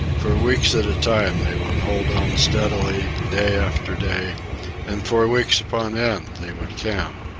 for weeks at a time they would hold on steadily, day after day and for weeks upon end they would camp,